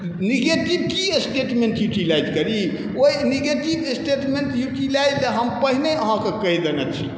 negative कि statement utilise करी ओ नेगेटिव एस्टेटमेन्ट युटिलाइज हम पहिने अहाँके कहि देने छी